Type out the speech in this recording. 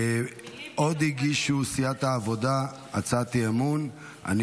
עוד הגישו, הצעת אי-אמון של סיעת העבודה.